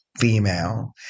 female